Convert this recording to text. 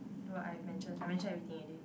do I adventure I adventure everything already